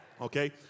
Okay